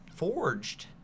Forged